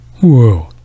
Whoa